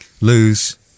lose